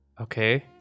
okay